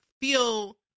feel